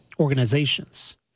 organizations